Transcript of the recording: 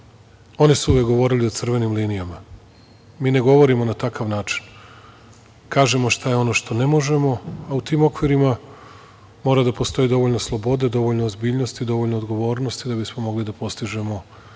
oni su uvek govorili o crvenim linijama. Mi ne govorimo na takav način, kažemo ono što ne možemo, a u tim okvirima, mora da postoji dovoljno slobode, dovoljno ozbiljnosti, dovoljno odgovornosti, da bismo mogli da postignemo